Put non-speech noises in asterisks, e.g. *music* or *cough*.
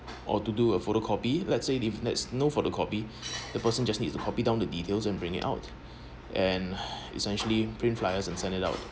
or to do a photocopy let's say if there's no photocopy *breath* the person just needs to copy down the details and bring it out *breath* and *breath* essentially print flyers and send it out